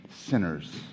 sinners